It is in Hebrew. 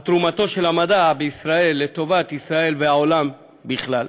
שבהם יש תרומה של המדע בישראל לטובת ישראל והעולם בכלל,